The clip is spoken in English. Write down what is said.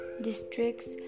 districts